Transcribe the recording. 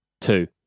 Two